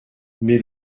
mais